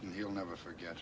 you'll never forget